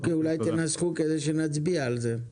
תנסחו כדי שנצביע על זה.